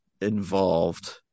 involved